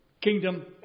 kingdom